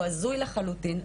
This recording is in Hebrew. הוא הזוי לחלוטין,